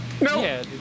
No